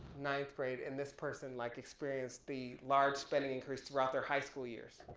ninth grade and this person like experienced the large spending increase throughout their high school years.